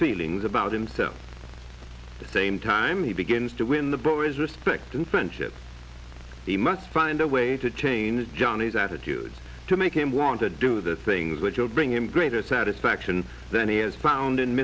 feelings about himself the same time he begins to win the boys respect and friendship he must find a way to change johnny's attitude to make him want to do the things which will bring him greater satisfaction than he is found in